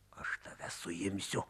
aš tave suimsiu